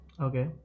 Okay